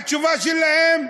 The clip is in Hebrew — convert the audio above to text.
התשובה שלהם נתקבלה.